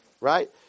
right